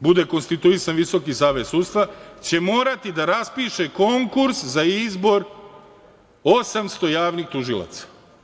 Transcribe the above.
bude konstituisan Visoki savet sudstva će morati da raspiše konkurs za izbor 800 javnih tužilaca.